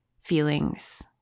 feelings